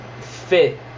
fit